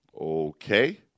okay